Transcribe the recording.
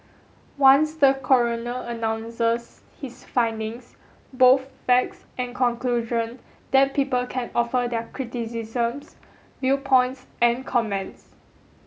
once the coroner announces his findings both facts and conclusion then people can offer their criticisms viewpoints an comments